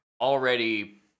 already